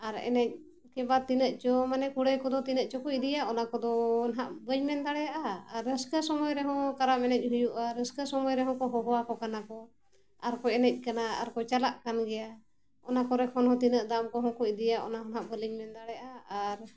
ᱟᱨ ᱮᱱᱮᱡ ᱠᱮᱵᱟ ᱛᱤᱱᱟᱹᱜ ᱪᱚ ᱢᱟᱱᱮ ᱠᱩᱲᱟᱹᱭ ᱠᱚᱫᱚ ᱛᱤᱱᱟᱹᱜ ᱪᱚᱠᱚ ᱤᱫᱤᱭᱟ ᱚᱱᱟ ᱠᱚᱫᱚ ᱱᱟᱦᱟᱸᱜ ᱵᱟᱹᱧ ᱢᱮᱱ ᱫᱟᱲᱮᱭᱟᱜᱼᱟ ᱟᱨ ᱨᱟᱹᱥᱠᱟᱹ ᱥᱚᱢᱚᱭ ᱨᱮᱦᱚᱸ ᱠᱟᱨᱟᱢ ᱮᱱᱮᱡ ᱦᱩᱭᱩᱜᱼᱟ ᱨᱟᱹᱥᱠᱟᱹ ᱥᱚᱢᱚᱭ ᱨᱮᱦᱚᱸ ᱠᱚ ᱦᱚᱦᱚ ᱟᱠᱚ ᱠᱟᱱᱟ ᱠᱚ ᱟᱨ ᱠᱚ ᱮᱱᱮᱡ ᱠᱟᱱᱟ ᱟᱨ ᱠᱚ ᱪᱟᱞᱟᱜ ᱠᱟᱱ ᱜᱮᱭᱟ ᱚᱱᱟ ᱠᱚᱨᱮ ᱠᱷᱚᱱ ᱦᱚᱸ ᱛᱤᱱᱟᱹᱜ ᱫᱟᱢ ᱠᱚᱦᱚᱸ ᱠᱚ ᱤᱫᱤᱭᱟ ᱚᱱᱟ ᱦᱚᱸ ᱱᱟᱦᱟᱸᱜ ᱵᱟᱹᱞᱤᱧ ᱢᱮᱱ ᱫᱟᱲᱮᱭᱟᱜᱼᱟ ᱟᱨ